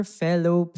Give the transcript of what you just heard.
fellow